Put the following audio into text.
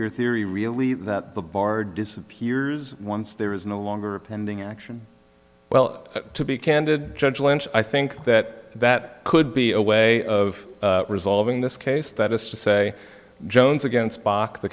your theory really that the bar disappears once there is no longer a pending action well to be candid judge lynch i think that that could be a way of resolving this case that is to say jones again spock the